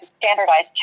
standardized